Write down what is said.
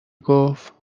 گفتبه